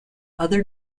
other